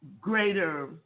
greater